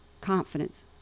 confidence